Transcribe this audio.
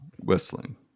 Whistling